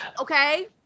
Okay